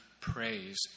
praise